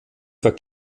für